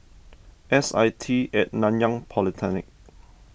S I T at Nanyang Polytechnic